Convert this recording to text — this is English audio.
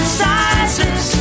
sizes